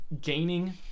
gaining